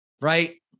right